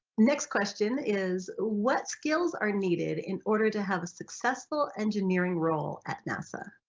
next question is what skills are needed in order to have a successful engineering role at nasa?